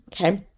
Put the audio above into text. okay